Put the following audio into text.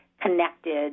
connected